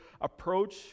approach